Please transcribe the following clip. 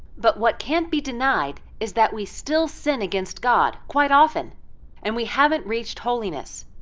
but what can't be denied is that we still sin against god quite often and we haven't reached holiness.